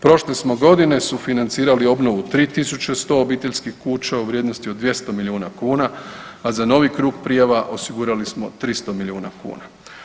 Prošle smo godine sufinancirali obnovu 3100 obiteljskih kuća u vrijednosti od 200 milijuna kuna a za novi krug prijava osigurali smo 300 milijuna kuna.